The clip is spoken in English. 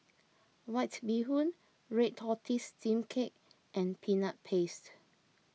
White Bee Hoon Red Tortoise Steamed Cake and Peanut Paste